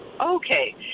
Okay